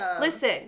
Listen